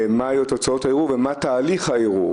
אבל יש לה כל כך הרבה השלכות מעבר לפגיעה בחופש שהיא מאוד קשה.